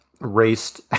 raced